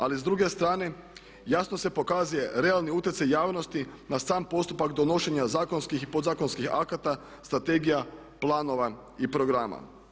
Ali s druge strane jasno se pokazuje realni utjecaj javnosti na sam postupak donošenja zakonskih i podzakonskih akata, strategija, planova i programa.